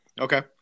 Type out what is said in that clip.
Okay